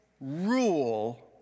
rule